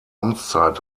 amtszeit